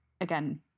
again